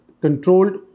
controlled